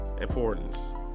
importance